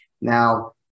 Now